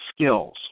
skills